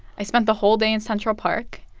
i spent the whole day in central park.